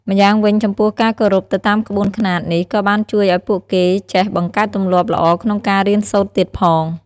ម្យ៉ាងវិញចំពោះការគោរពទៅតាមក្បួនខ្នាតនេះក៏បានជួយឲ្យពួកគេចេះបង្កើតទម្លាប់ល្អក្នុងការរៀនសូត្រទៀតផង។